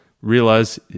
realize